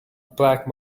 black